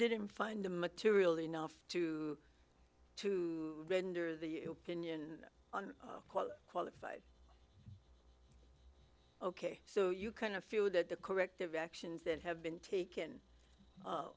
didn't find the material enough to to render the pinion on qualified ok so you kind of feel that the corrective actions that have been taken